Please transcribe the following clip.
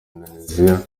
indonesia